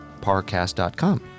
parcast.com